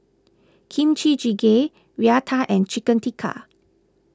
Kimchi Jjigae Raita and Chicken Tikka